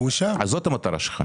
אז זו המטרה שלך.